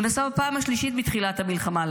הוא נסע לארצות הברית בפעם השלישית מתחילת המלחמה.